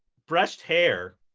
brushed hair?